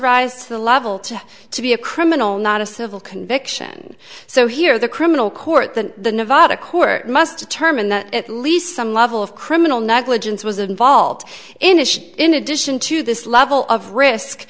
rise to the level to to be a criminal not a civil conviction so here the criminal court the nevada court must determine that at least some level of criminal negligence was involved in it in addition to this level of risk